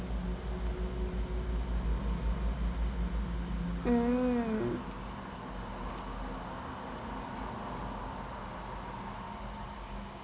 mm